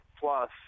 plus